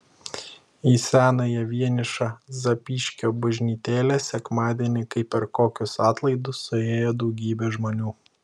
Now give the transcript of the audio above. į senąją vienišą zapyškio bažnytėlę sekmadienį kaip per kokius atlaidus suėjo daugybė žmonių